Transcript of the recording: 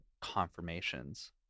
confirmations